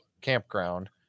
campground